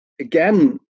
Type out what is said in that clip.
again